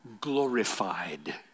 glorified